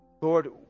Lord